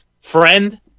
friend